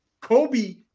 Kobe